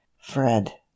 Fred